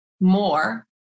more